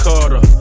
Carter